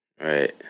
right